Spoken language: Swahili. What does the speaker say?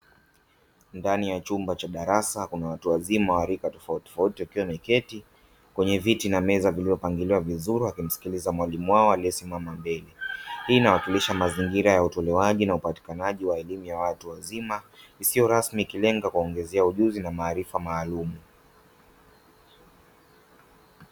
Ndani ya chumba cha darasa, kuna watu wazima wa rika tofautitofauti wakiwa wameketi kwenye viti na meza vilivyopangiliwa vizuri, wakimsikiliza mwalimu wao aliyesimama mbele. Hii inawakilisha mazingira ya utolewaji na upatikanaji wa elimu ya watu wazima isiyo rasmi, ikilenga kuwaongezea ujuzi na maarifa maalumu.